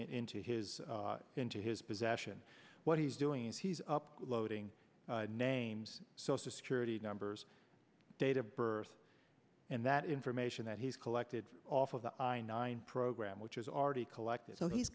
it into his into his possession what he's doing is he's up loading names social security numbers date of birth and that information that he's collected off of the i nine program which is already collected so he's